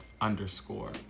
underscore